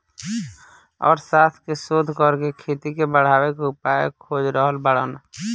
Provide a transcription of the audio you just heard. अर्थशास्त्र के शोध करके खेती के बढ़ावे के उपाय खोज रहल बाड़न